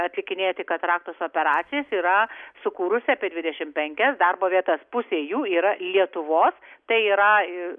atlikinėti kataraktos operacijas yra sukūrusi apie dvidešim penkias darbo vietas pusė jų yra lietuvos tai yra